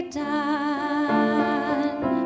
done